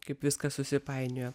kaip viskas susipainiojo